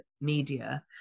media